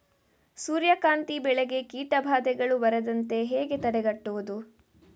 ಸೂರ್ಯಕಾಂತಿ ಬೆಳೆಗೆ ಕೀಟಬಾಧೆಗಳು ಬಾರದಂತೆ ಹೇಗೆ ತಡೆಗಟ್ಟುವುದು?